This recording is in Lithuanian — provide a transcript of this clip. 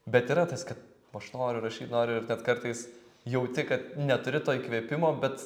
bet yra tas kad aš noriu rašyt noriu ir net kartais jauti kad neturi to įkvėpimo bet